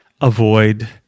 avoid